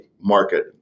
market